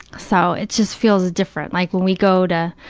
so, it just feels different. like, when we go to,